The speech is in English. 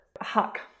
Huck